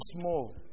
small